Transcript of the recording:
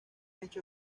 hecho